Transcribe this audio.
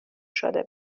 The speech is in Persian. شده